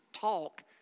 talk